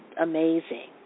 amazing